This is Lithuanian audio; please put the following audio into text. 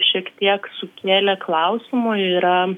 šiek tiek sukėlė klausimų yra